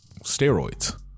steroids